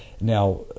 Now